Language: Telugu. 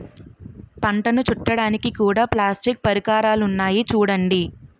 పంటను చుట్టడానికి కూడా ప్లాస్టిక్ పరికరాలున్నాయి చూడండి